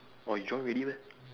orh you join ready meh